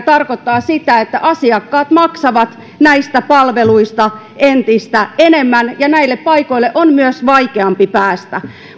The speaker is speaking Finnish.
tarkoittaa sitä että asiakkaat maksavat näistä palveluista entistä enemmän ja näille paikoille on myös vaikeampi päästä